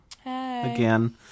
Again